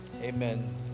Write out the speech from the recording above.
Amen